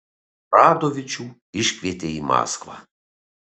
radovičių iškvietė į maskvą